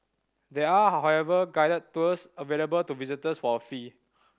there are however guided tours available to visitors for a fee